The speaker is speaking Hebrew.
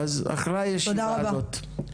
אז אחרי הישיבה הזאת --- תודה רבה.